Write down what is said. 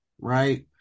right